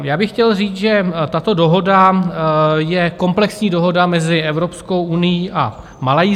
Já bych chtěl říct, že tato dohoda je komplexní dohoda mezi Evropskou unií a Malajsií.